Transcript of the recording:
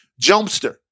Jumpster